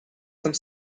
some